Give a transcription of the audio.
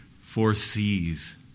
foresees